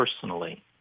personally